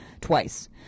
twice